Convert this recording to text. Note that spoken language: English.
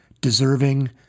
deserving